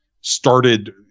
started